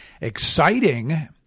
exciting